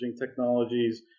technologies